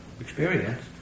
experience